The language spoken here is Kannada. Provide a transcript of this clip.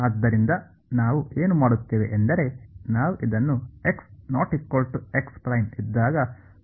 ಆದ್ದರಿಂದ ನಾವು ಏನು ಮಾಡುತ್ತೇವೆ ಎಂದರೆ ನಾವು ಇದನ್ನು ಇದ್ದಾಗ ಪರಿಹರಿಸಲು ಅವಕಾಶ ನೀಡುತ್ತೇವೆ